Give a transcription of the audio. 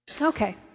Okay